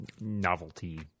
novelty